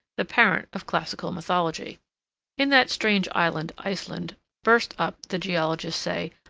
the parent of classical mythology in that strange island, iceland burst up, the geologists say,